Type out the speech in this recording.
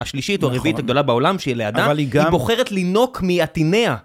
השלישית או הרביעית הגדולה בעולם שהיא ליידה, היא בוחרת לינוק מעתיניה.